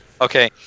okay